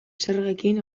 zergekin